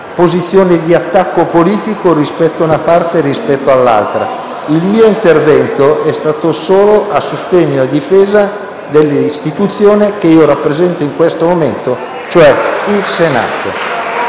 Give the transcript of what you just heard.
posizione di attacco politico, rispetto a una parte o rispetto all'altra, il mio intervento, che è stato solo a sostegno e a difesa dell'istituzione che rappresento in questo momento, cioè il Senato